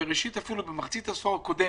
ואפילו במחצית העשור הקודם